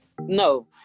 No